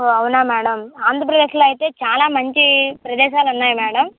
ఓ అవునా మేడం ఆంధ్రప్రదేశ్ లో అయితే చాలా మంచి ప్రదేశాలు ఉన్నాయి మేడం